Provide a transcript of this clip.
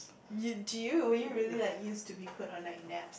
you do were you really like used to be put on like naps